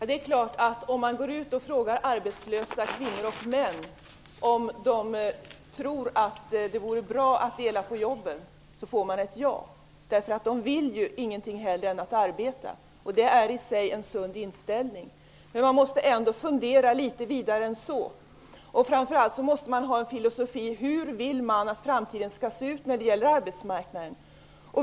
Fru talman! Om man går ut och frågar arbetslösa kvinnor och män om de tror att det vore bra att dela på jobben är det klart att de svarar ja. De vill ju inget hellre än att arbeta. Det är i sig en sund inställning. Man måste ändå fundera litet vidare än så. Framför allt måste man ha en filosofi om hur man vill att framtiden skall se ut när det gäller arbetsmarknaden.